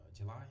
July